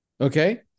Okay